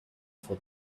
for